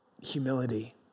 humility